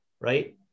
Right